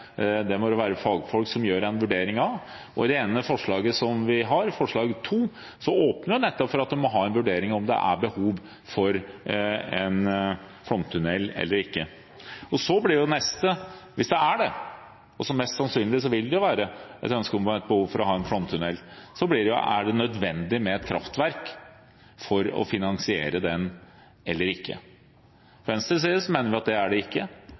fagfolk som gjør en vurdering av. Det ene forslaget vi har, forslag nr. 2, åpner nettopp for at man må vurdere om det er behov for en flomtunnel eller ikke. Hvis det er det, og mest sannsynlig vil det være et behov for en flomtunnel, blir spørsmålet: Er det nødvendig med et kraftverk for å finansiere tunnelen eller ikke? Fra Venstres side mener vi at det er det ikke.